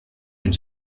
une